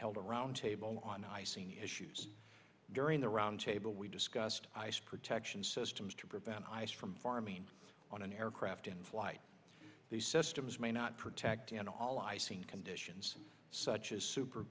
held a roundtable on icing issues during the roundtable we discussed ice protection systems to prevent ice from forming on an aircraft in flight these systems may not protect and all i seen conditions such as super